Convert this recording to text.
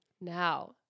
now